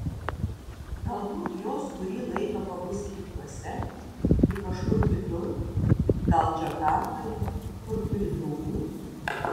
galbūt jos kurį laiką pabus rytuose tik kažkur kitur gal džakartoje kur turi draugų